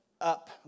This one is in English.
up